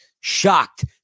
shocked